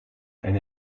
and